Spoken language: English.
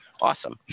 Awesome